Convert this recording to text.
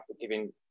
giving